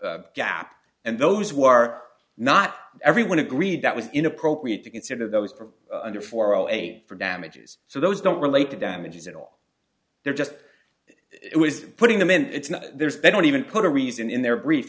and gap and those were are not everyone agreed that was inappropriate to consider those for under four or eight for damages so those don't relate to damages at all they're just it was putting them in it's not there's been even put a reason in their brief